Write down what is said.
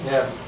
Yes